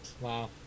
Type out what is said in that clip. Wow